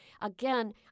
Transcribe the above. again